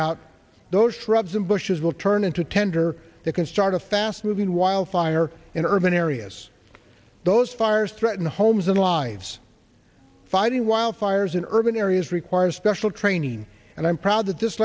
out those shrubs and bushes will turning to tender that can start a fast moving wildfire in urban areas those fires threaten homes and lives fighting wildfires in urban areas require special training and i'm proud that this